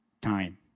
time